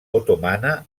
otomana